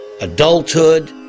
adulthood